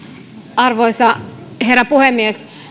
arvoisa herra puhemies